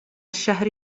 الشهر